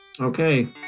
Okay